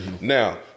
Now